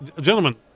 gentlemen